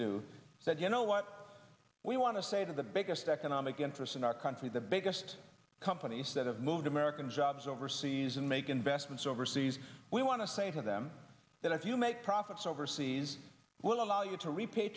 do that you know what we want to say to the biggest economic interests in our country the biggest companies that have moved american jobs overseas and make investments overseas we want to say to them that if you make profits overseas we'll allow you to repa